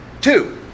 two